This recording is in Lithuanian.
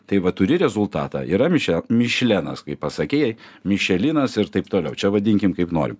tai va turi rezultatą yra miše mišlenas kaip pasakei mišelinas ir taip toliau čia vadinkim kaip norim